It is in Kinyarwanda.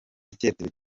icyerekezo